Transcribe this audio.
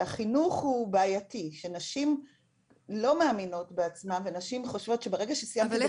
שהחינוך הוא בעייתי ושנשים לא מאמינות בעצמן וברגע שסיימתי.